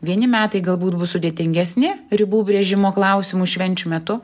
vieni metai galbūt bus sudėtingesni ribų brėžimo klausimu švenčių metu